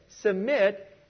Submit